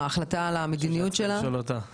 ההחלטה על המדיניות שלה --- זו שאלה שצריך לשאול אותה.